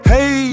Hey